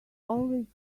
always